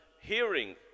hearing